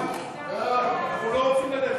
חוק-יסוד: